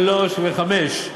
(3) ו-(5)